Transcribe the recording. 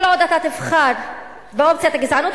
כל עוד אתה תבחר באופציית הגזענות,